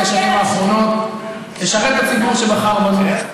השנים האחרונות לשרת את הציבור שבחר בנו,